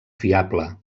fiable